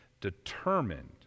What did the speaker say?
determined